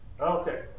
Okay